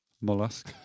Mollusk